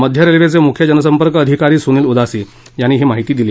मध्य रेल्वेचे मुख्य जनसंपर्क अधिकारी सुनील उदासी यांनी ही माहिती दिली